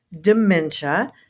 dementia